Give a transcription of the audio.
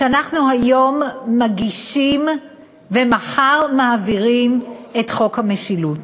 שאנחנו היום מגישים ומחר מעבירים את חוק המשילות.